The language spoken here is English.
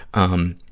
um,